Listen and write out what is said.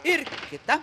ir kita